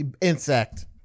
insect